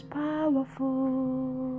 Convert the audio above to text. powerful